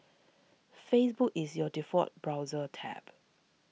Facebook is your default browser tab